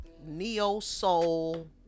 neo-soul